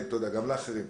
כן תודה גם לאחרים.